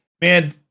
man